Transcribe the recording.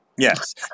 Yes